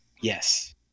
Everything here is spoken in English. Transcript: yes